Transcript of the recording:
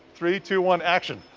three, two, one action.